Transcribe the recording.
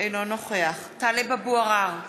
אינו נוכח טלב אבו עראר,